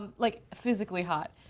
and like, physically hot.